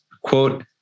Quote